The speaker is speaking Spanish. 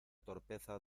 torpeza